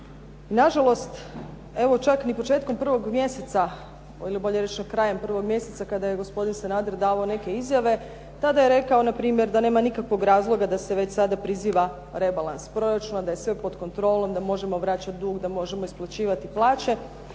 Nažalost, evo čak niti početkom 1 mjeseca, ili bolje rečeno krajem 1 mjeseca kada je gospodin Sanader davao neke izjave, tada je rekao npr. da nema nikakvog razloga da se već sada priziva rebalans proračuna, da je sve pod kontrolom, da možemo vraćati dug, da možemo isplaćivati plaće.